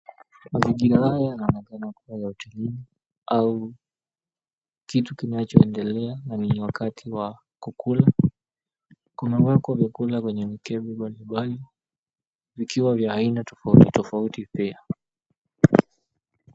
Mazingira haya yanaonekana kuwa ya hotelini au kitu kinachoendelea, na ni wakati wa kukula. Kumewekwa vyakula kwenye mikebe mbalimbali nikiwa vya aina tofauti tofauti pia.